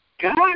God